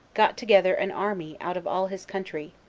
got together an army out of all his country,